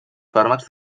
fàrmacs